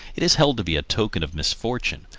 it is held to be a token of misfortune,